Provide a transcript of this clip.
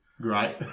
great